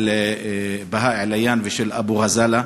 של בהא עליאן ואבו גזאלה,